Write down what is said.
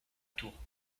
tours